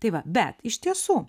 tai va bet iš tiesų